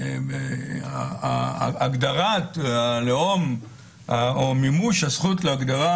שהגדרת הלאום או מימוש הזכות להגדרה